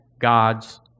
God's